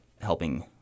helping